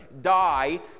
die